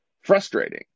frustrating